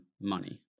money